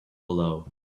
below